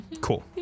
Cool